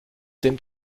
dem